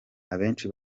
abenshi